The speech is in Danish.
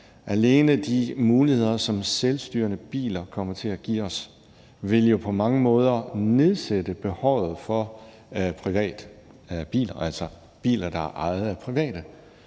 Alene de muligheder, som selvstyrende biler kommer til at give os, vil jo på mange måder nedsætte behovet for private biler, altså biler, der er ejet af private.